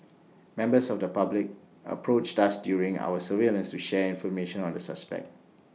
members of the public approached us during our surveillance to share information on the suspect